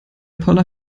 poller